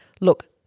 look